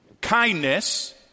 kindness